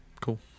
Cool